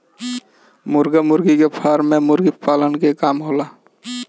मुर्गा मुर्गी के फार्म में मुर्गी पालन के काम होला